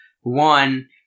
One